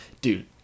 Dude